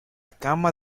cama